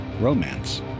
romance